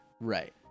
Right